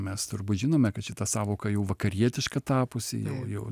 mes turbūt žinome kad šita sąvoka jau vakarietiška tapusi jau jau